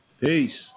Peace